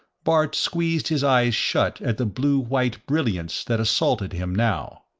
bart squeezed his eyes shut at the blue-white brilliance that assaulted him now.